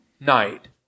night